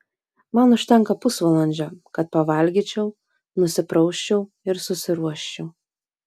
man užtenka pusvalandžio kad pavalgyčiau nusiprausčiau ir susiruoščiau